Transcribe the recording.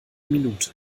minute